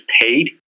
paid